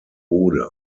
oder